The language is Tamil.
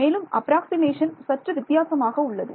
மேலும் அப்ராக்ஸிமேஷன் சற்று வித்தியாசமாக உள்ளன